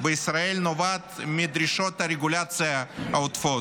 בישראל נובעת מדרישות הרגולציה העודפות,